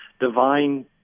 divine